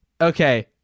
Okay